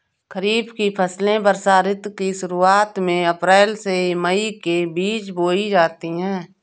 खरीफ की फसलें वर्षा ऋतु की शुरुआत में अप्रैल से मई के बीच बोई जाती हैं